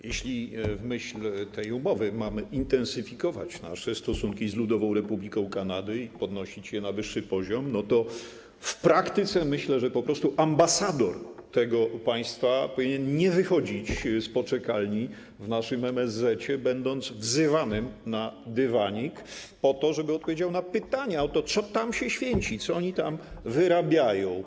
Jeśli w myśl tej umowy mamy intensyfikować nasze stosunki z Ludową Republiką Kanady i podnosić je na wyższy poziom, to myślę, że w praktyce po prostu ambasador tego państwa powinien nie wychodzić z poczekalni w naszym MSZ, będąc wzywanym na dywanik po to, żeby odpowiedział na pytania o to, co tam się święci, co oni tam wyrabiają.